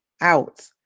out